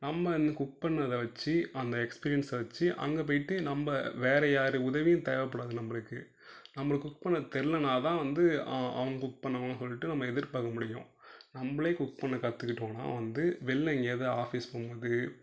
நம்ம இந்த குக் பண்ணதை வச்சி அந்த எக்ஸ்பீரியன்ஸ்ஸை வச்சி அங்கே போயிட்டு நம்ம வேறு யாரு உதவியும் தேவைப்படாது நம்மளுக்கு நம்மளுக்கு குக் பண்ண தெரியலனா தான் வந்து அவ அவங்க குக் பண்ணுவாங்கன்னு சொல்லிட்டு நம்ம எதிர்பார்க்க முடியும் நம்மளே குக் பண்ண கத்துக்கிட்டோனா வந்து வெளியில் எங்கேயாது ஆஃபிஸ் போகும் போது